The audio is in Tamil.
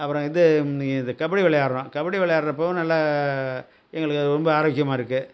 அப்பறம் இது நீங்கள் இது கபடி விளையாடுறோம் கபடி விளையாடுறப்போ நல்லா எங்களுக்கு ரொம்ப ஆரோக்கியமாக இருக்குது